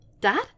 Dad